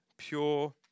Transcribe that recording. pure